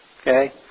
...okay